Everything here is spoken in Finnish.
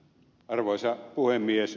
arvoisa puhemies